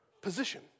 position